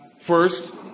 first